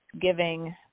giving